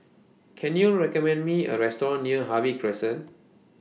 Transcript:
Can YOU recommend Me A Restaurant near Harvey Crescent